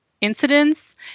incidents